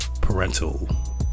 parental